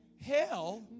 hell